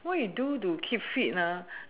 what you do to keep fit ah